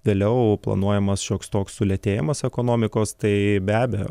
vėliau planuojamas šioks toks sulėtėjimas ekonomikos tai be abejo